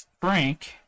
Frank